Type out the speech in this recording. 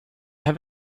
have